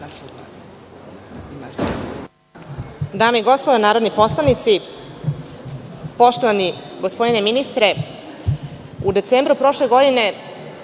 Dame i gospodo narodni poslanici, poštovani gospodine ministre, u decembru prošle godine